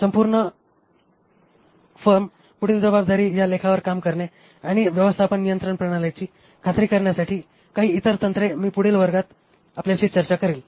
संपूर्ण टणक पुढील जबाबदारी या लेखावर काम करणे आणि व्यवस्थापन नियंत्रण प्रणालीची खात्री करण्यासाठी काही इतर तंत्रे मी पुढील वर्गात आपल्याशी चर्चा करीन